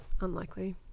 unlikely